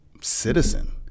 citizen